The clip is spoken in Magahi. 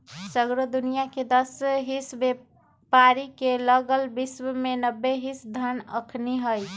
सगरो दुनियाँके दस हिस बेपारी के लग विश्व के नब्बे हिस धन अखनि हई